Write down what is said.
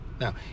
Now